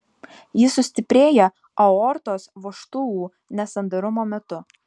ji sustiprėja aortos vožtuvų nesandarumo metu